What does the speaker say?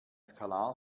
skalar